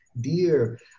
dear